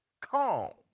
calm